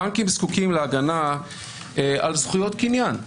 הבנקים זקוקים להגנה על זכויות קניין,